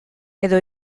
edo